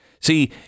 See